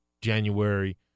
January